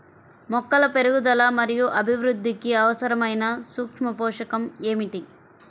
మొక్కల పెరుగుదల మరియు అభివృద్ధికి అవసరమైన సూక్ష్మ పోషకం ఏమిటి?